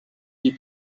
die